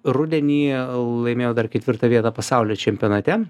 rudenį laimėjau dar ketvirtą vietą pasaulio čempionate